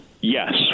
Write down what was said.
Yes